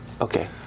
Okay